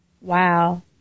Wow